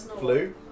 blue